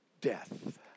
death